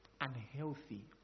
unhealthy